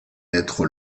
être